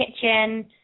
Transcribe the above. Kitchen